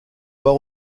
pas